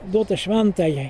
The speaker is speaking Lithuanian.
duota šventajai